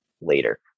later